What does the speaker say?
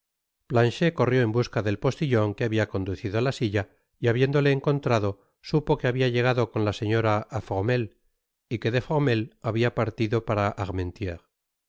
planchet corrió en busca del postillon que habia conducido la silla y habiéndole encontrado supo que habia llegado con la señora á fromelles y que de fromelles habia partido para armentieres